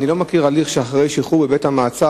אני לא מכיר הליך שבו אחרי שחרור מבית-המעצר,